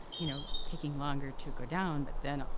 you know, taking longer to go down. but then,